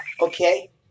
Okay